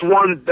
one